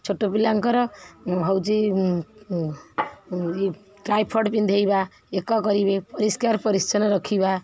ଛୋଟ ପିଲାଙ୍କର ହେଉଛି ଡ଼ାଇପର୍ ପିନ୍ଧେଇବା ଏକ କରିବେ ପରିଷ୍କାର ପରିଚ୍ଛନ୍ନ ରଖିବା